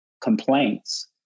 complaints